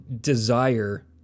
desire